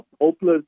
hopeless